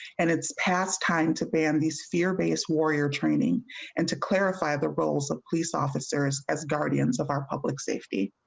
and it's past time to ban the sphere base warrior training and to clarify the roles of police officers as guardians of our public safe.